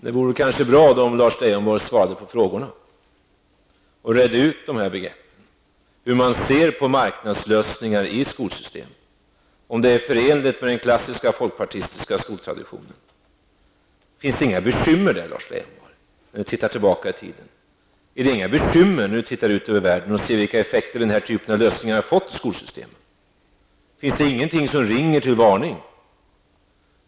Det vore kanske bra om Lars Leijonborg svarade på frågorna och redde ut begreppen, hur man ser på marknadslösningar i skolsystemet, om det är förenligt med den klassiska, folkpartistiska skoltraditionen. Ser Lars Leijonborg inga bekymmer när han tittar tillbaka i tiden? Ser Lars Leijonborg inga bekymmer när han tittar ut över världen och ser vilka effekter den här typen av lösningar har fått för skolsystemet? Finns det ingenting som ringer till varning?